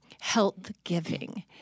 health-giving